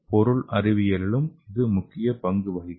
பொருள் அறிவியலிலும் இது முக்கிய பங்கு வகிக்கும்